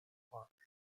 park